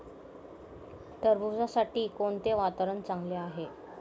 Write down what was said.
टरबूजासाठी कोणते वातावरण चांगले आहे?